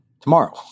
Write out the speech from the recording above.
tomorrow